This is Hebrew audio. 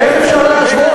איך אפשר להשוות?